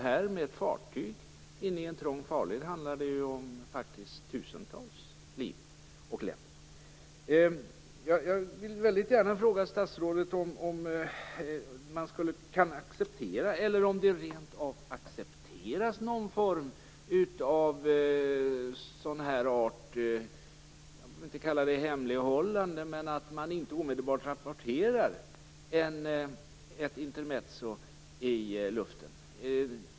Med ett fartyg inne i en trång farled handlar det faktiskt om tusentals liv och lem. Jag vill fråga statsrådet om det rent av accepteras att man inte omedelbart rapporterar ett intermezzo i luften.